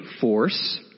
force